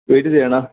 wait ചെയ്യണമോ